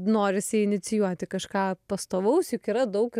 norisi inicijuoti kažką pastovaus juk yra daug